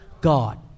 God